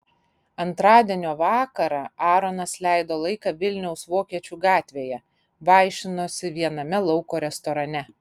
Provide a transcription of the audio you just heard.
antradienio vakarą aaronas leido laiką vilniaus vokiečių gatvėje vaišinosi viename lauko restorane